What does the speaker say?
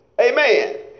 Amen